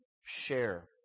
share